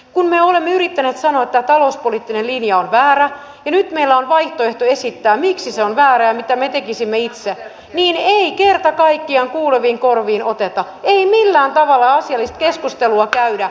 kun me olemme yrittäneet sanoa että tämä talouspoliittinen linja on väärä ja nyt meillä on vaihtoehto esittää miksi se on väärä ja mitä me tekisimme itse niin ei kerta kaikkiaan kuuleviin korviin oteta ei millään tavalla asiallista keskustelua käydä